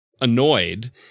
annoyed